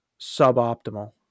suboptimal